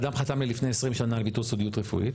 בן אדם חתם לי לפני 20 שנה על ויתור סודיות רפואית.